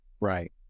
Right